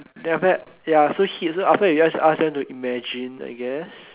then after that ya so he~ so after that you ask them to imagine I guess